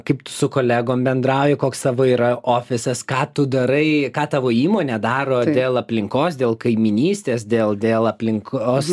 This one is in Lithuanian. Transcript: kaip tu su kolegom bendrauji koks savo yra ofisas ką tu darai ką tavo įmonė daro dėl aplinkos dėl kaiminystės dėl dėl aplinkos